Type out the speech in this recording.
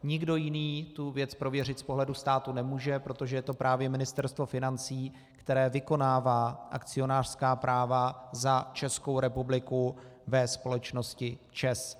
Nikdo jiný tu věc prověřit z pohledu státu nemůže, protože je to právě Ministerstvo financí, které vykonává akcionářská práva za Českou republiku ve společnosti ČEZ.